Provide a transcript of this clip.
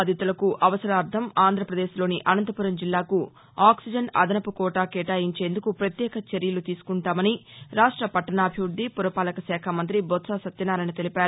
corona బాధితులకు అవసరార్లం ఆంధ్రప్రదేశ్లోని అనంతపురం జిల్లాకు ఆక్సిజన్ అదనపు కోటా కేటాయించేందుకు పత్యేక చర్యలు తీసుకుంటామని రాష్ట పట్లణాభివృద్ధి పురపాలక శాఖ మంత్రి బొత్ప సత్యనారాయణ తెలిపారు